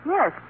Yes